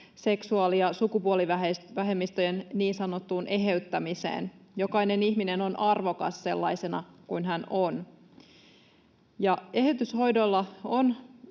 seksuaali- ja sukupuolivähemmistöjen niin sanottuun eheyttämiseen. Jokainen ihminen on arvokas sellaisena kuin hän on. Eheytyshoidoilla on